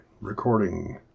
recording